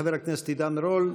חבר הכנסת עידן רול,